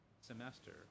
semester